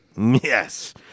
Yes